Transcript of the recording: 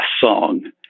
Song